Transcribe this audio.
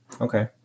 Okay